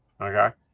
Okay